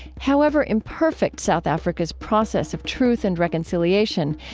however imperfect south africa's process of truth and reconciliation,